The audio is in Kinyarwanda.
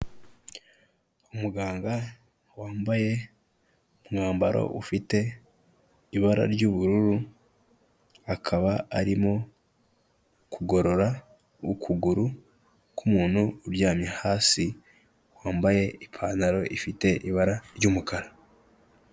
Umuganga wambaye umwambaro ufite ibara ry'ubururu, akaba arimo kugorora ukuguru k'umuntu uryamye hasi, wambaye ipantaro ifite ibara ry'umukara.